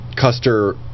Custer